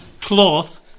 cloth